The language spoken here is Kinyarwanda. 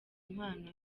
impano